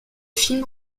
film